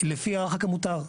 לפי הרח"ק המותר.